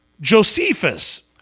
Josephus